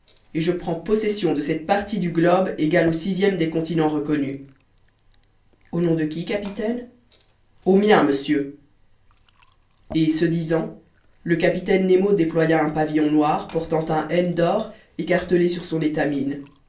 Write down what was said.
et je prends possession de cette partie du globe égale au sixième des continents reconnus au nom de qui capitaine au mien monsieur et ce disant le capitaine nemo déploya un pavillon noir portant un n d'or écartelé sur son étamine